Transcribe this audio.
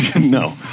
no